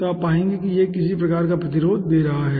तो आप पाएंगे कि यह किसी प्रकार का प्रतिरोध दे रहा है